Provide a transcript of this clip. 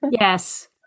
Yes